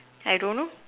I don't know